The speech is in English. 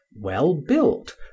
well-built